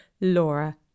Laura